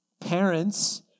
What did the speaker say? parents